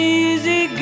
easy